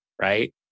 right